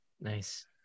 Nice